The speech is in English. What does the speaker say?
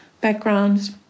backgrounds